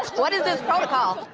what is this protocol?